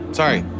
sorry